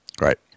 Right